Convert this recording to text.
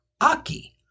Aki